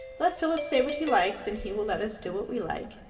let philip say what he likes, and he will let us do what we like.